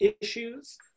issues